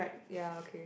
ya okay